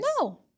No